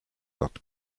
got